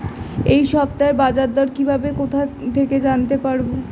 এই সপ্তাহের বাজারদর কিভাবে কোথা থেকে জানতে পারবো?